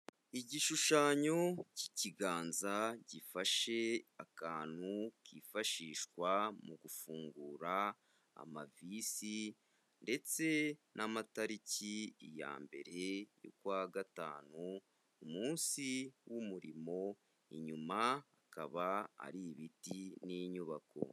Igishushanyo cy'ikiganza gifashe akantu kifashishwa mu gufungura amavisi, ndetse n'amatariki, iya mbere y'ukwa gatanu umunsi w'umurimo, inyuma akaba ari ibiti n'inyubako.